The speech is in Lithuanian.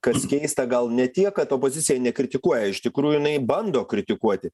na kas keista gal ne tiek kad opozicija nekritikuoja iš tikrųjų jinai bando kritikuoti